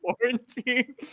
quarantine